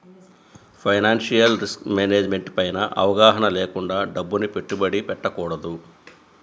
financial risk management పైన అవగాహన లేకుండా డబ్బుని పెట్టుబడి పెట్టకూడదు